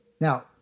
Now